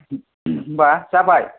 होनबा जाबाय